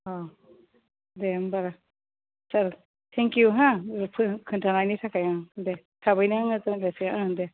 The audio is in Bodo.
अ दे होमब्ला सार थेंक इउ हा खोन्थानायनि थाखाय दे थाबैनो आङो जयन जासिगोन दे